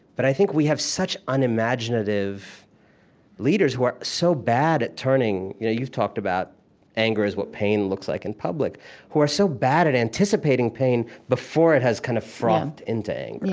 but i think we have such unimaginative leaders who are so bad at turning you know you've talked about anger is what pain looks like in public who are so bad at anticipating pain before it has kind of frothed into anger